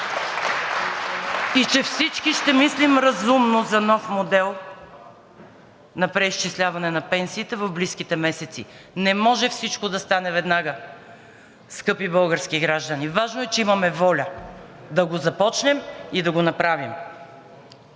че всички ще мислим разумно за нов модел на преизчисляване на пенсиите в близките месеци. Не може всичко да стане веднага, скъпи български граждани. Важното е, че имаме воля да го започнем и да го направим.